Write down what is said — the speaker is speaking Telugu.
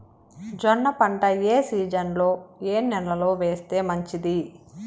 జొన్న పంట ఏ సీజన్లో, ఏ నెల లో వేస్తే మంచిది?